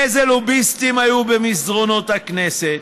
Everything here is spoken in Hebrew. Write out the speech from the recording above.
איזה לוביסטים היו במסדרונות הכנסת.